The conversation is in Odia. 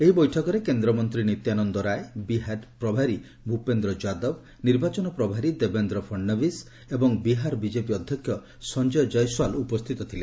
ଏହି ବୈଠକରେ କେନ୍ଦ୍ରମନ୍ତ୍ରୀ ନିତ୍ୟାନନ୍ଦ ରାୟ ବିହାର ପ୍ରଭାରୀ ଭ୍ରପେନ୍ଦ ଯାଦବ ନିର୍ବାଚନ ପ୍ରଭାରୀ ଦେବେନ୍ଦ ଫର୍ଣ୍ଣାଡିସ୍ ଏବଂ ବିହାର ବିଜେପି ଅଧ୍ୟକ୍ଷ ସଞ୍ଜୟ ଜୟସ୍ପାଲ ଉପସ୍ଥିତ ଥିଲେ